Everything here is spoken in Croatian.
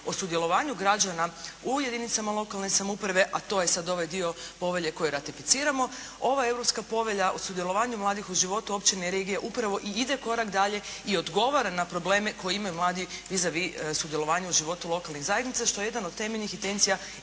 o sudjelovanju građana u jedinicama lokalne samouprave, a to je sada ovaj dio povelje koji ratificiramo, ova Europska povelja o sudjelovanju mladih u životu općine i regije upravo i ide korak dalje i odgovara na probleme koje imaju mladi vis a vis sudjelovanje u životu lokalnih zajednica što je jedna od temeljnih intencija